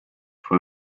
for